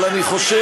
אבל אני חושב,